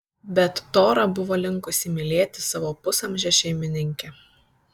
bet tora buvo linkusi mylėti savo pusamžę šeimininkę